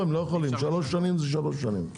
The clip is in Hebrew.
שלוש שנים זה שלוש שנים.